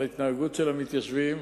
על ההתנהגות של המתיישבים,